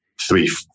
three